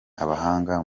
abahanga